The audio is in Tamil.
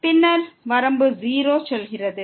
பின்னர் வரம்பு 0க்கு செல்கிறது